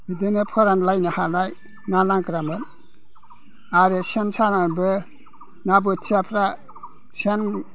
बिदिनो फोरानलायनो हानाय ना नांग्रामोन आरो सेन सानानैबो ना बोथियाफ्रा सेन